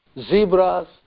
zebras